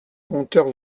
compteur